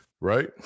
right